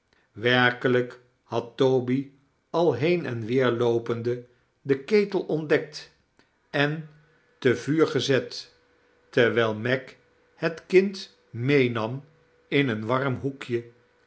werkelijk liad toby al lieon en weerloopende den ketel ontdekt en te vuur gezet terwijl meg liet kind meenam in een warm hoekje